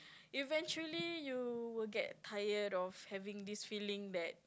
eventually you will get tired of having this feeling that